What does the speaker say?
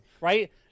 right